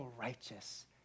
righteous